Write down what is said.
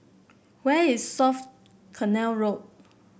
where is South Canal Road